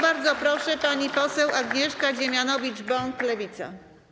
Bardzo proszę, pani poseł Agnieszka Dziemianowicz-Bąk, Lewica.